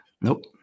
Nope